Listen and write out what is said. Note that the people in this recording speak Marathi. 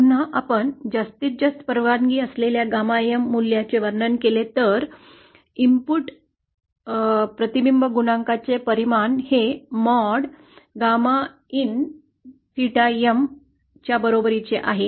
पुन्हा आपण जास्तीत जास्त परवानगी असलेल्या γ M मूल्याचे वर्णन केले तर नंतर इनपुट प्रतिबिंब गुणकाची परिमाण जे mod gamma in 𝚹 M च्या बरोबरीचे आहे